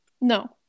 No